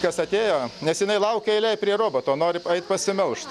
kas atėjo nes jinai laukia eilėj prie roboto nori eit pasimelžt